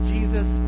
Jesus